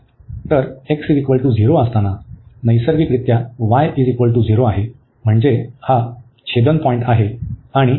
तर x0 असताना नैसर्गिकरित्या y0 आहे म्हणजे हा छेदनपॉईंटआहे